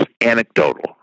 anecdotal